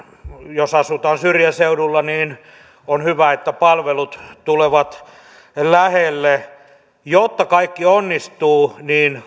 jos asutaan syrjäseudulla niin on hyvä että palvelut tulevat lähelle jotta kaikki onnistuu